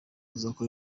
tuzakora